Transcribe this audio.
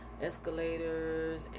escalators